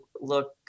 look